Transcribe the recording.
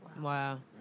Wow